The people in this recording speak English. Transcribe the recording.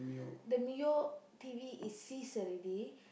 the Mio T_V is ceased already